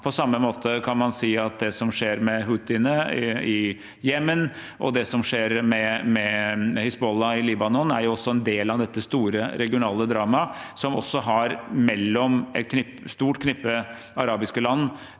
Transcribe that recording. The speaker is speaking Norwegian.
På samme måte kan man si at det som skjer med houthiene i Jemen, og det som skjer med Hizbollah i Libanon, er en del av dette store, regionale dramaet mellom et stort knippe arabiske land